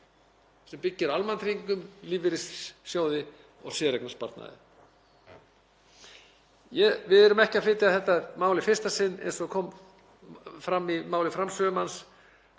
sem byggir á almannatryggingum, lífeyrissjóði og séreignarsparnaði. Við erum ekki að flytja þetta mál í fyrsta sinn. Eins og kom fram í máli framsögumanns